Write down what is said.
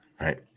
Right